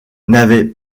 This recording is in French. n’avait